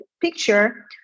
picture